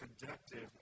productive